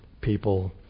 people